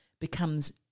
becomes